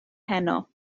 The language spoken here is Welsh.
heno